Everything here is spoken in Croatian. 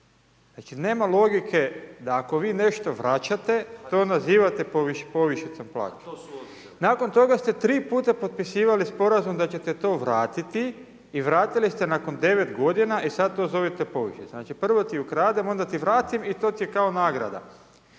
Znači nema logike da ako vi nešto vraćate to nazivate povišicom plaće. Nakon toga ste 3 puta potpisivali sporazum da ćete to vratiti, i vratili ste nakon 9 g. i sada to zovete povišicom. Znači prvo ti ukradem, onda ti vratim i to ti je kao nagrada.